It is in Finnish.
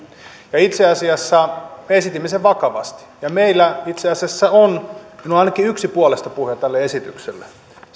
itse asiassa me esitimme sen vakavasti ja meillä itse asiassa on no ainakin yksi puolestapuhuja tälle esitykselle